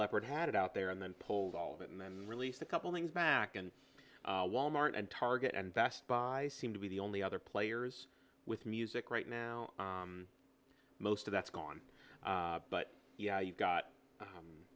leppard had it out there and then pulled all of it and released a couple things back and wal mart and target and best buy seem to be the only other players with music right now most of that's gone but yeah you've got